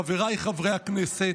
חבריי חברי הכנסת,